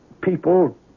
people